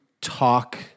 talk